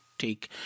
take